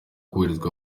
kubwiriza